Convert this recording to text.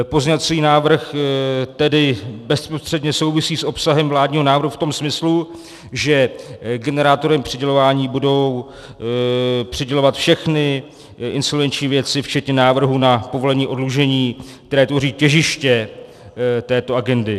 Pozměňovací návrh tedy bezprostředně souvisí s obsahem vládního návrhu v tom smyslu, že generátorem přidělování se budou přidělovat všechny insolvenční věci včetně návrhu na povolení oddlužení, které tvoří těžiště této agendy.